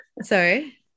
sorry